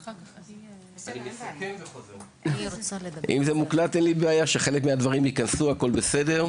אני רוצה להמליץ על ספר נחמד שנקרא 'אכילה בהיסח הדעת'.